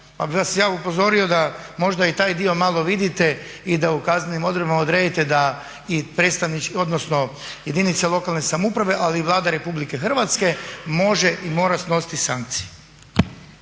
Pa bih vas ja upozorio da možda i taj dio malo vidite i da u kaznenim odredbama odredite da i jedinice lokalne samouprave ali i Vlada Republike Hrvatske može i mora snositi sankcije.